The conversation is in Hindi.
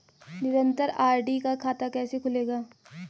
निरन्तर आर.डी का खाता कैसे खुलेगा?